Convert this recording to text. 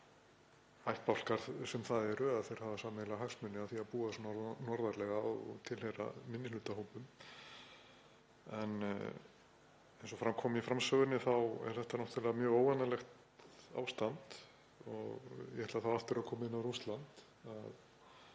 ættbálkar það eru þá hafa þeir sameiginlega hagsmuni af því að búa svona norðarlega og tilheyra minnihlutahópum. Eins og fram kom í framsögunni þá er þetta náttúrlega mjög óvanalegt ástand og ég ætla þá aftur að koma inn á Rússland.